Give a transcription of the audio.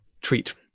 treat